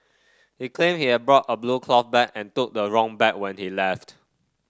he claimed he had brought a blue cloth bag and took the wrong bag when he left